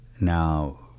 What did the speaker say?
now